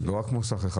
לא רק מוסך אחד.